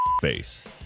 Face